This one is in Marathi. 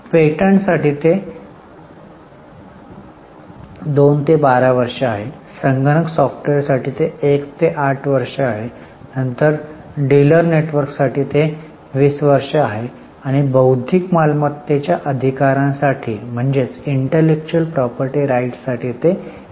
पेटंट्ससाठी ते 2 ते 12 वर्षे आहे संगणक सॉफ्टवेअर साठी ते 1 ते 8 वर्षे आहे नंतर डिलर नेटवर्कसाठी ते 20 वर्षे आहे आणि बौद्धिक मालमत्तेच्या अधिकारांसाठी ते 3 ते 10 वर्षे आहे